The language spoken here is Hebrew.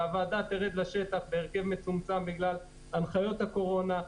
שהוועדה תרד לשטח בהרכב מצומצם בגלל הנחיות הקורונה.